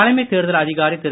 தலைமைத் தேர்தல் அதிகாரி திரு